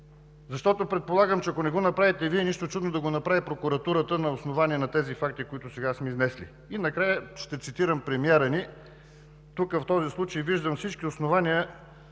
защото, предполагам, че ако не го направите Вие, нищо чудно да го направи прокуратурата на основание на тези факти, които сега сме изнесли. Накрая ще цитирам премиера ни: „Тук в този случай виждам всички основания